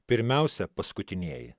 pirmiausia paskutinieji